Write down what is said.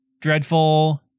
dreadful